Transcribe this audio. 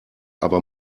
aber